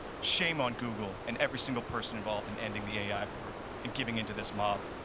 shame on google and every single person involved in ending the ai board and giving in to this mob.